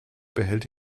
behält